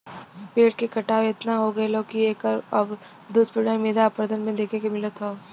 पेड़ के कटाव एतना हो गयल हौ की एकर अब दुष्परिणाम मृदा अपरदन में देखे के मिलत हौ